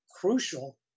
crucial